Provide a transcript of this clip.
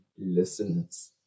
listeners